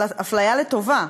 אבל אפליה לטובה,